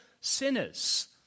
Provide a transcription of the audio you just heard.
sinners